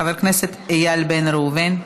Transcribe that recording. חבר הכנסת איל בן ראובן,